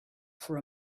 for